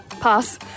Pass